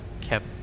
kept